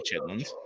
chitlins